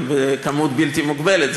בכמות בלתי מוגבלת.